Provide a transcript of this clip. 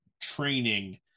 training